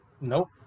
Nope